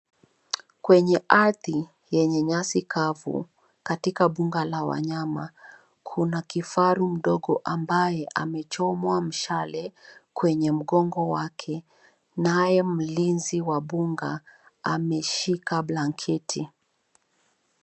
Kwenye ardhi yenye nyasi kavu katika mbuga la wanyama, kuna kifaru mdogo ambaye amechomwa mshale kwenye mgongo wake naye mlinzi wa mbuga ameshika blanketi.